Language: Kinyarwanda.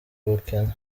ubukene